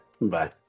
Bye